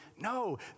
No